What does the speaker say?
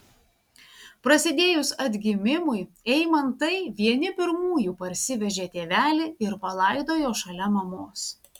prasidėjus atgimimui eimantai vieni pirmųjų parsivežė tėvelį ir palaidojo šalia mamos